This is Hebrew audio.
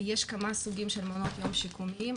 יש כמה סוגים של מעונות יום שיקומיים.